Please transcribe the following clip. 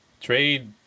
trade